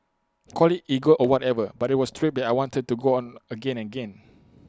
call IT ego or whatever but IT was A trip that I wanted to go on again and again